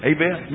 Amen